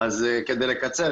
אז כדי לקצר,